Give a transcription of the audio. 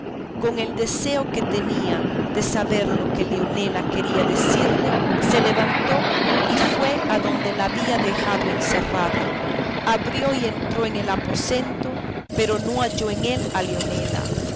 con el deseo que tenía de saber lo que leonela quería decirle se levantó y fue adonde la había dejado encerrada abrió y entró en el aposento pero no halló en él a leonela